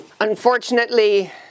Unfortunately